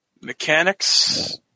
mechanics